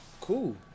Cool